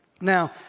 Now